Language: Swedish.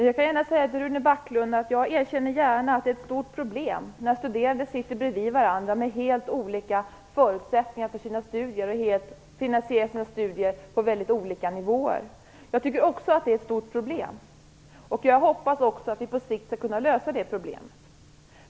Herr talman! Jag erkänner gärna att det är ett stort problem när studerande sitter bredvid varandra med helt olika ekonomiska förutsättningar för sina studier och finansierar sina studier på väldigt olika nivåer. Jag tycker också att det är ett stort problem. Jag hoppas att vi på sikt skall kunna lösa det problemet.